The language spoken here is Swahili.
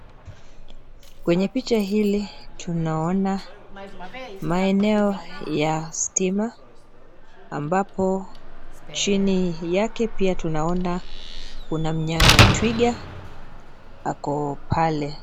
Kwenye picha hili, tunaona maeneo ya stima ambapo chini yake, pia tunaona kuna myama twiga wako pale.